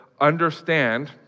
understand